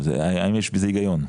השאלה היא האם יש בזה הגיון.